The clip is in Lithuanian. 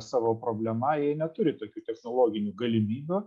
savo problema jie neturi tokių technologinių galimybių